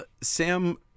sam